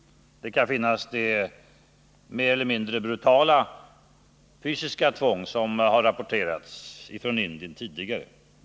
Det kan finnas ett mer eller mindre brutalt fysiskt tvång som har rapporterats från Indien tidigare.